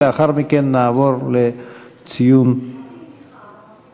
ולאחר מכן נעבור לציון בבקשה?